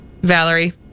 Valerie